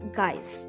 guys